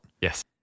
Yes